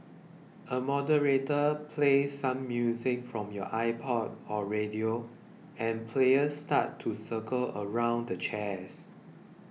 a moderator plays some music from your iPod or radio and players start to circle around the chairs